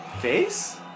face